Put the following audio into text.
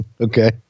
Okay